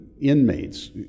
inmates